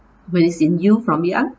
when it's in you from young